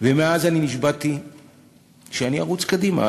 ומאז אני נשבעתי שאני ארוץ קדימה.